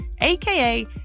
aka